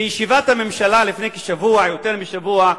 בישיבת הממשלה לפני כשבוע, יותר משבוע,